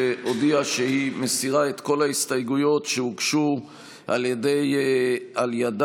שהודיעה שהיא מסירה את כל ההסתייגויות שהוגשו על ידה,